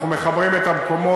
אנחנו מחברים את המקומות.